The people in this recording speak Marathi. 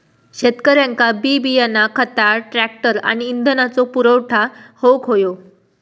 शेतकऱ्यांका बी बियाणा खता ट्रॅक्टर आणि इंधनाचो पुरवठा होऊक हवो